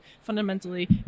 fundamentally